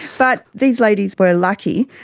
but these ladies were lucky.